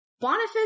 Boniface